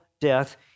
death